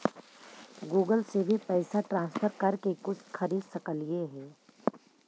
Google से भी पैसा ट्रांसफर कर के कुछ खरिद सकलिऐ हे?